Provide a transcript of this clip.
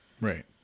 Right